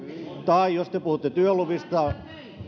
tai jos te puhutte